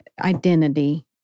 identity